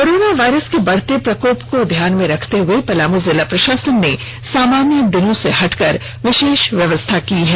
corona virus के बढ़ते प्रकोप को ध्यान में रखते हुए पलामू जिला प्रशासन ने सामान्य दिनों से हटकर विशेष व्यवस्था की है